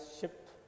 ship